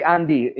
Andy